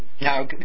Now